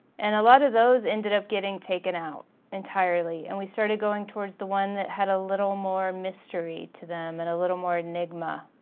and a lot of those ended up getting taken out entirely and we started going towards the one that had a little more mystery to them and a little more enigma.